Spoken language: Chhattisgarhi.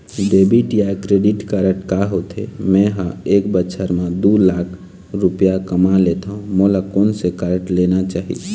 डेबिट या क्रेडिट कारड का होथे, मे ह एक बछर म दो लाख रुपया कमा लेथव मोला कोन से कारड लेना चाही?